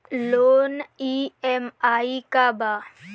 Loan EMI का बा?